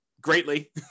greatly